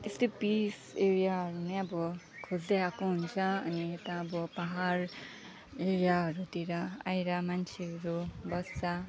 त्यस्तै पिस एरियाहरू नै अब खोज्दै आएको हुन्छ अनि यता अब पहाड एरियाहरूतिर आएर मान्छेहरू बस्छ